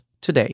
today